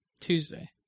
Tuesday